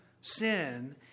sin